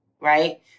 Right